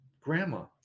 Grandma